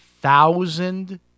thousand